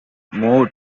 moved